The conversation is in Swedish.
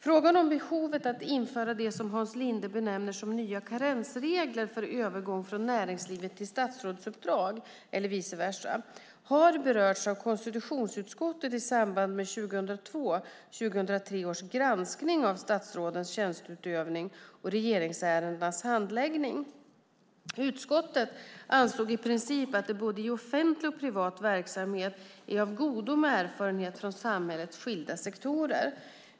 Frågan om behovet av att införa det som Hans Linde benämner som nya karensregler för övergång från näringslivet till statsrådsuppdrag eller vice versa har berörts av konstitutionsutskottet i samband med 2002/03 års granskning av statsrådens tjänsteutövning och regeringsärendenas handläggning. Utskottet ansåg i princip att det i både offentlig och privat verksamhet är av godo med erfarenhet från samhällets skilda sektorer.